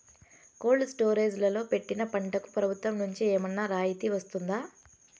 Cold storage లో పెట్టిన పంటకు ప్రభుత్వం నుంచి ఏమన్నా రాయితీ వస్తుందా?